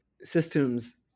systems